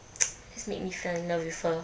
just made me fell in love with her